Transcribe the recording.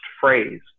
phrase